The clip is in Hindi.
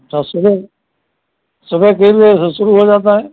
अच्छा सुबह सुबह के बजे से शुरू हो जाता है